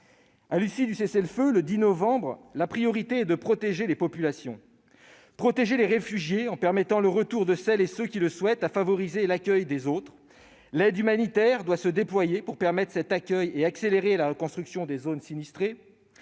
À l'issue du cessez-le-feu du 10 novembre, la priorité est de protéger les populations. Il faut protéger les réfugiés, en permettant le retour de celles et ceux qui le souhaitent, et favoriser l'accueil des autres. L'aide humanitaire doit se déployer pour permettre cet accueil et accélérer la reconstruction des zones sinistrées.